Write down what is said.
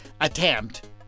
attempt